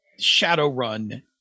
Shadowrun